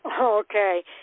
Okay